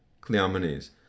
Cleomenes